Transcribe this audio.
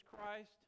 Christ